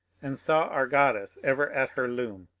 and saw our goddess ever at her loom,